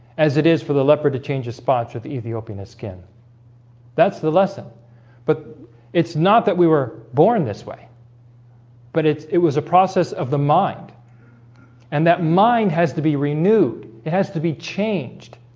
as it is for the leper to change his spots with ethiopia skin that's the lesson but it's not that we were born this way but it was a process of the mind and that mind has to be renewed. it has to be changed.